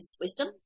wisdom